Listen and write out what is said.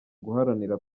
guharanira